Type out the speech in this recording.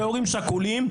כהורים שכולים,